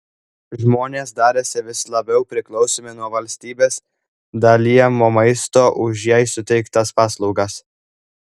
žmonės darėsi vis labiau priklausomi nuo valstybės dalijamo maisto už jai suteiktas paslaugas